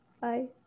bye